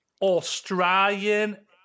Australian